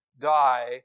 die